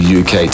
uk